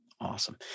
Awesome